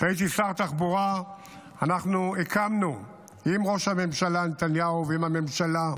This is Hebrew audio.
כשהייתי שר התחבורה אנחנו הקמנו עם ראש הממשלה נתניהו ועם הממשלה,